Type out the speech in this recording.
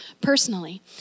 personally